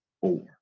four